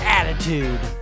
attitude